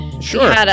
Sure